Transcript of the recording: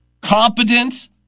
competent